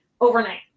overnight